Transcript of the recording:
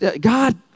God